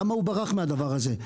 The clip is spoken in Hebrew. למה הוא ברח מהדבר הזה?